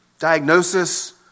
Diagnosis